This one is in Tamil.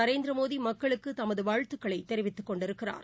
நரேந்திரமோடி மக்களுக்கு தமது வாழ்த்துகளை தெரிவித்துக் கொண்டிருக்கிறார்